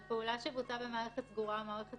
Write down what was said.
על פעולה שבוצעה במערכת סגורה ומערכת